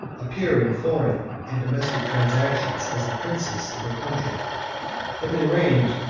appear in foreign and domestic transactions as the princes of their country but they reigned,